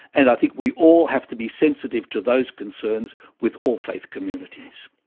and i think we all have to be sensitive to those concerns with all faith communities.